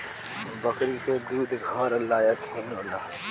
बकरी के दूध घर लायक ही होला